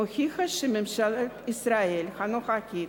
מוכיחה שממשלת ישראל הנוכחית